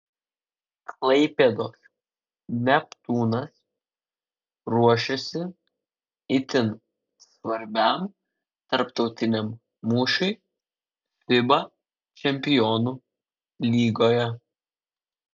klaipėdos neptūnas ruošiasi itin svarbiam tarptautiniam mūšiui fiba čempionų lygoje